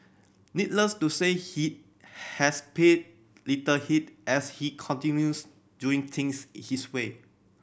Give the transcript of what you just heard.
needless to say he has paid little heed as he continues doing things his way